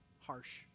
harsh